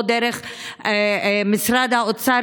או דרך משרד האוצר,